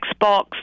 Xbox